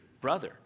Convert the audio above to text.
brother